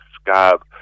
scab